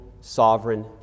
sovereign